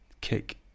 kick